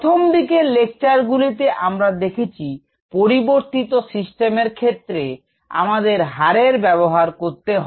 প্রথমের দিকে লেকচার গুলিতে আমরা দেখেছি পরিবর্তিত সিস্টেমের ক্ষেত্রে আমাদের হারের ব্যবহার করতে হয়